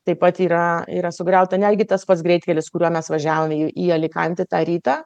taip pat yra yra sugriauta netgi tas pats greitkelis kuriuo mes važiavom į į alikantę tą rytą